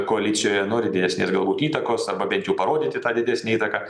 koalicijoje nori didesnės galbūt įtakos arba bent jau parodyti tą didesnę įtaką